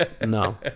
No